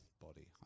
body